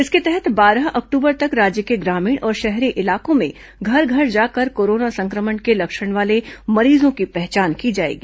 इसके तहत बारह अक्टूबर तक राज्य के ग्रामीण और शहरी इलाकों में घर घर जाकर कोरोना संक्रमण के लक्षण वाले मरीजों की पहचान की जाएगी